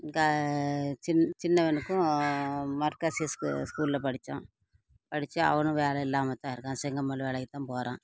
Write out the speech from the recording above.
சின்னவனுக்கும் மர்காஷிஸ் ஸ்கூலில் படிச்சான் படித்து அவனும் வேலை இல்லாமல் தான் இருக்கான் செங்க மண் வேலைக்கு தான் போகிறான்